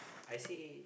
I say